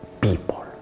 people